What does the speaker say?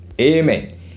Amen